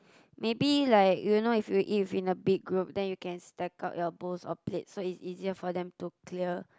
maybe like you know if you eat in a big group then you can stack up your bowls or plate so it's easier for them to clear